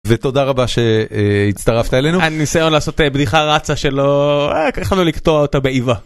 ותודה רבה שהצטרפת אלינו הניסיון לעשות בדיחה רצה שלא ככה לקטוע אותה באיבה.